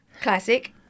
Classic